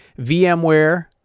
VMware